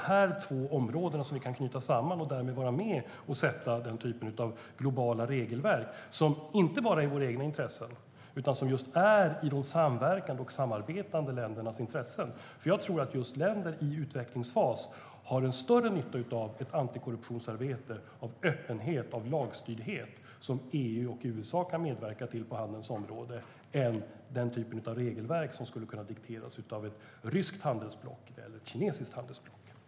Det är just de två områdena som vi kan knyta samman och därigenom vara med och sätta den typen av globala regelverk, som inte bara är i våra egna intressen. Det är i de samverkande och samarbetande ländernas intressen. Jag tror att länder i en utvecklingsfas har större nytta av antikorruptionsarbete, öppenhet och lagstyrdhet som EU och USA kan medverka till på handelns område än den typen av regelverk som skulle kunna dikteras av ett ryskt eller kinesiskt handelsblock.